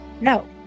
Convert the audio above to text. No